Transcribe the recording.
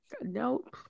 Nope